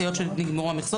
היות שנגמרו המכסות,